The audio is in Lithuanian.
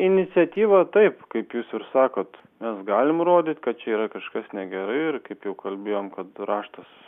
iniciatyva taip kaip jūs ir sakot mes galim rodyt kad čia yra kažkas negerai ir kaip jau kalbėjom kad raštas